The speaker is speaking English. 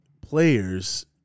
players